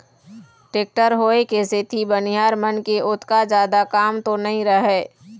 tractor होय के सेती बनिहार मन के ओतका जादा काम तो नइ रहय